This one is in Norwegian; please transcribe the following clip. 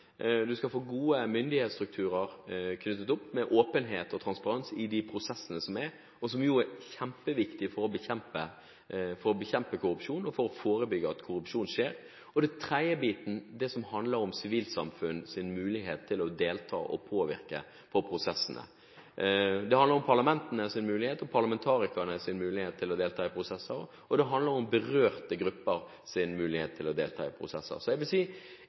med åpenhet og transparens i de prosessene som er. Det er jo kjempeviktig for å bekjempe korrupsjon og forebygge at korrupsjon skjer. For det tredje handler det om sivilsamfunnets mulighet til å delta og påvirke prosessene. Det handler om parlamentenes og parlamentarikernes mulighet til å delta i prosesser, og det handler om berørte gruppers mulighet til å delta i prosesser. Så